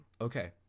okay